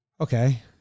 Okay